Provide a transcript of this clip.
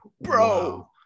bro